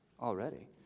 already